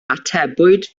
atebwyd